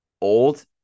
old